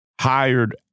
hired